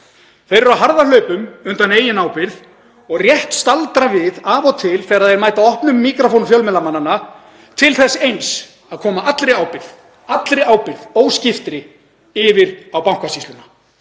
Þeir eru á harðahlaupum undan eigin ábyrgð og rétt staldra við af og til þegar þeir mæta opnum míkrófónum fjölmiðlamanna til þess eins að koma allri og óskiptri ábyrgð yfir á Bankasýsluna.